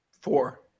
Four